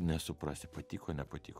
nesuprasi patiko nepatiko